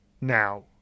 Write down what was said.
now